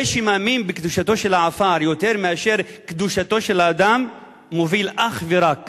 זה שמאמין בקדושתו של העפר יותר מאשר בקדושתו של האדם מוביל אך ורק